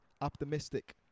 optimistic